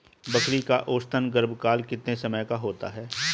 बकरी का औसतन गर्भकाल कितने समय का होता है?